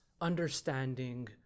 understanding